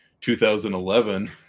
2011